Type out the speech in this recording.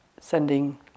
sending